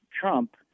Trump